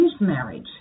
marriage